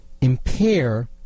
impair